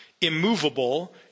immovable